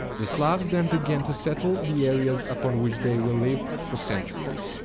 the slavs then begin to settle the areas upon which they will live for centuries.